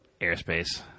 airspace